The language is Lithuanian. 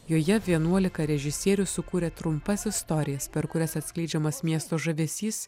joje vienuolika režisierių sukūrė trumpas istorijas per kurias atskleidžiamas miesto žavesys